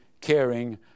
caring